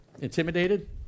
intimidated